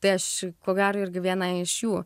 tai aš ko gero irgi viena iš jų